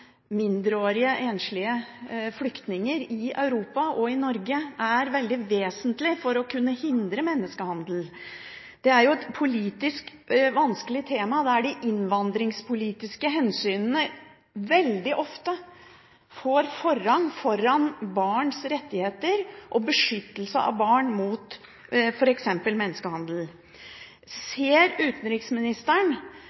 mindreårige enslige flyktninger i Europa og i Norge, er veldig vesentlig for å kunne hindre menneskehandel. Det er et politisk vanskelig tema, der de innvandringspolitiske hensynene veldig ofte får forrang foran barns rettigheter og beskyttelse av barn mot f.eks. menneskehandel.